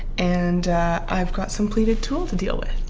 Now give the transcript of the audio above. and i've got some pleated tulle to deal with